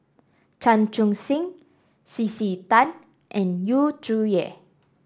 Chan Chun Sing C C Tan and Yu Zhuye